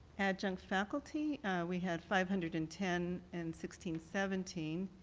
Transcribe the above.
adjunct faculty we had five hundred and ten in sixteen seventeen